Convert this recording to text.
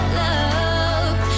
love